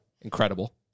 Incredible